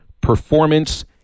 Performance